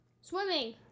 Swimming